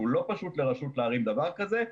ולא פשוט לרשות להרים דבר כזה,